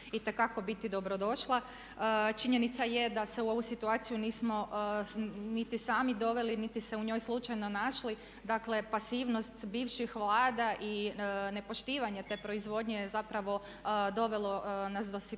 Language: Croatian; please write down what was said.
itekako biti dobrodošla. Činjenica je da se u ovu situaciju nismo niti sami doveli niti se u njoj slučajno našli, dakle pasivnost bivših vlada i nepoštivanje te proizvodnje je zapravo dovelo nas do situacije